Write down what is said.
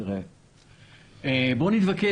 בואו נתווכח.